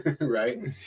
Right